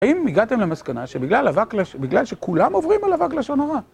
האם הגעתם למסקנה שבגלל אבק לשון... בגלל שכולם עוברים על אבק לשון הרע